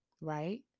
right